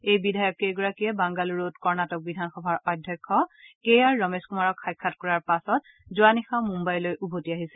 এই বিধায়ককেইগৰাকীয়ে বাংগালুৰুত কৰ্ণাটক বিধানসভাৰ অধ্যক্ষ কেআৰ ৰমেশ কুমাৰক সাক্ষাৎ কৰাৰ পাছত যোৱা নিশা মুঘাইলৈ উভতি আহিছিল